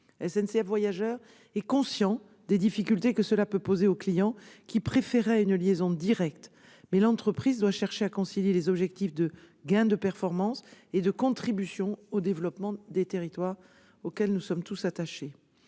SNCF Voyageurs est conscient des difficultés que cela peut poser aux clients qui préféraient une liaison directe, mais l'entreprise doit chercher à concilier les objectifs de gains de performance et de contribution au développement des territoires. Néanmoins, des échanges